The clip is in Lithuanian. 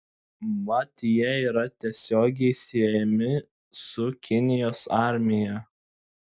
mat jie yra tiesiogiai siejami su kinijos armija